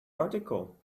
article